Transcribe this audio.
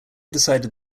decided